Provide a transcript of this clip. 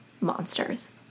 monsters